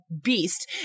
beast